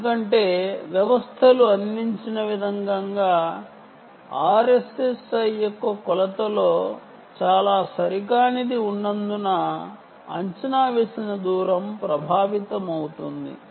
ఎందుకంటే వ్యవస్థలు అందించిన విధంగా RSSI యొక్క కొలతలో చాలా సరికానిది ఉన్నందున అంచనా వేసిన దూరం ప్రభావితమవుతుంది